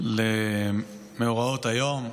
למאורעות היום,